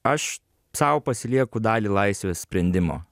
aš sau pasilieku dalį laisvės sprendimo